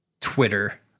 Twitter